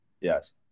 Yes